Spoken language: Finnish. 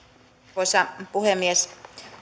arvoisa puhemies